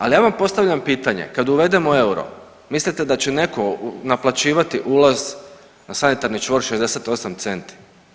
Ali ja vam postavljam pitanje, kad uvedemo euro mislite da će netko naplaćivati ulaz na sanitarni čvor 68 centi?